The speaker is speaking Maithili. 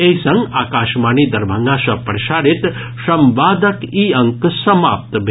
एहि संग आकाशवाणी दरभंगा सँ प्रसारित संवादक ई अंक समाप्त भेल